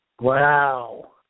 Wow